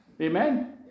Amen